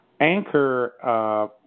Anchor